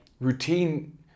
routine